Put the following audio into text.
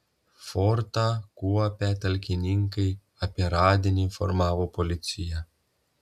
fortą kuopę talkininkai apie radinį informavo policiją